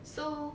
so